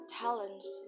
talents